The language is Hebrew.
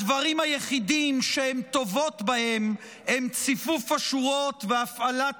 הדברים היחידים שהן טובות בהם הם ציפוף השורות והפעלת